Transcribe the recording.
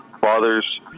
fathers